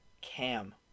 cam